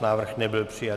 Návrh nebyl přijat.